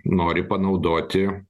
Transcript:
nori panaudoti